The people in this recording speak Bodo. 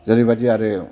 जेरैबायदि आरो